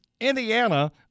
Indiana